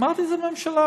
אמרתי את זה בממשלה,